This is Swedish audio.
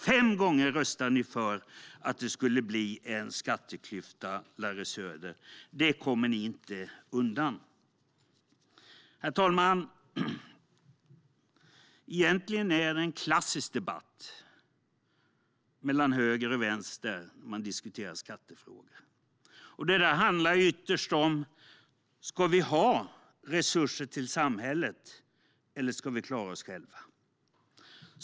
Fem gånger röstade ni för att det skulle bli en skatteklyfta, Larry Söder. Det kommer ni inte undan. Herr talman! Egentligen är det en klassisk debatt mellan höger och vänster när vi diskuterar skattefrågor. Ytterst handlar det om: Ska vi ha resurser till samhället, eller ska vi klara oss själva?